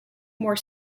more